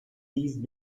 these